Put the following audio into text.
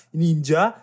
ninja